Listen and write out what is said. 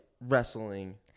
wrestling